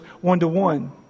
one-to-one